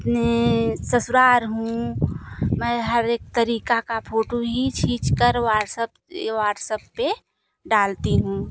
अपने ससुराल हूँ मैं हर एक तरीका का फोटू खींच खींचकर व्हाट्सअप यह व्हाट्सअप पर डालती हूँ